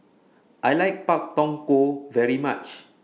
I like Pak Thong Ko very much